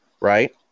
right